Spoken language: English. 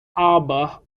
harbor